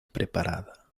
preparada